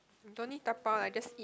don't need dabao lah just eat